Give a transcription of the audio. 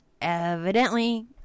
evidently